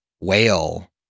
whale